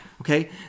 Okay